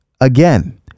again